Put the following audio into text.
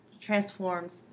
Transforms